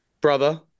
Brother